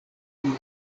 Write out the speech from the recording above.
tion